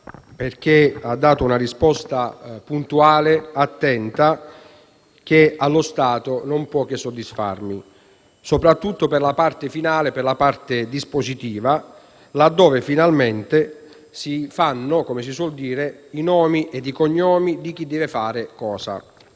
perché ha dato una risposta puntuale e attenta, che allo stato non può che soddisfarmi, soprattutto per la parte finale e dispositiva, laddove finalmente si fanno - come si suol dire - i nomi e i cognomi di chi deve fare cosa: